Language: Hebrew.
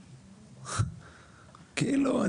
כאילו,